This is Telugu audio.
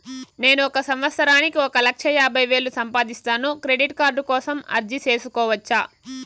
నేను ఒక సంవత్సరానికి ఒక లక్ష యాభై వేలు సంపాదిస్తాను, క్రెడిట్ కార్డు కోసం అర్జీ సేసుకోవచ్చా?